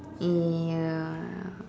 ya